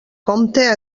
compte